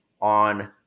on